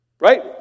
Right